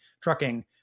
trucking